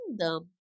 kingdom